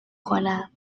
کنم